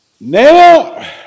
Now